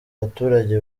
baturage